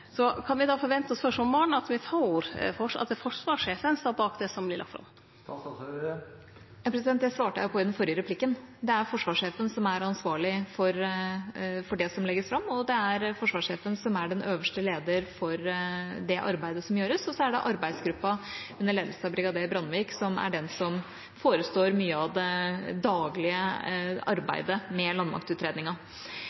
Kan me forvente oss at det er forsvarssjefen som står bak det som vert lagt fram før sommaren? Det svarte jeg jo på i den forrige replikken. Det er forsvarssjefen som er ansvarlig for det som legges fram, og det er forsvarssjefen som er den øverste lederen for det arbeidet som gjøres. Så er det arbeidsgruppa, under ledelse av brigader Brandvik, som forestår mye av det